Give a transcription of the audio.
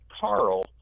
Carl